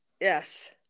yes